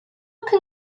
can